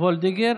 ראשון המתנגדים,